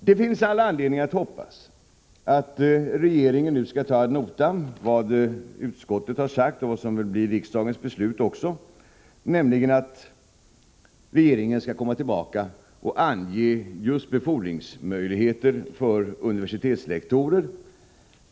Det finns all anledning att hoppas att regeringen nu skall ta ad notam vad utskottet har sagt och som väl också blir riksdagens beslut, nämligen att regeringen skall komma tillbaka och ange befordringsmöjligheter för universitetslektorer.